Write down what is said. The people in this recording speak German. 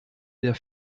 der